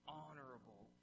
honorable